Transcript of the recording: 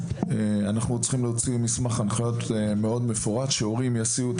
אנחנו צריכים להוציא מסמך הנחיות מאוד מפורט שהורים יסיעו את